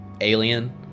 alien